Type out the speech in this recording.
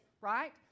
right